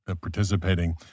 participating